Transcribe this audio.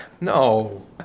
No